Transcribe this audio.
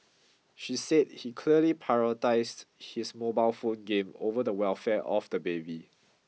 she said he clearly prioritised his mobile phone game over the welfare of the baby